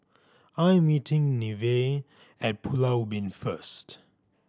I am meeting Nevaeh at Pulau Ubin first